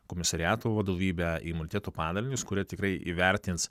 komisariato vadovybę imuniteto padalinius kurie tikrai įvertins